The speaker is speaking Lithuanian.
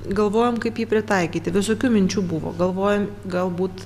galvojom kaip jį pritaikyti visokių minčių buvo galvoj galbūt